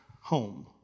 home